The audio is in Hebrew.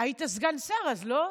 היית סגן שר אז, לא?